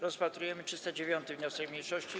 Rozpatrujemy 309. wniosek mniejszości.